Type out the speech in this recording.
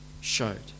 showed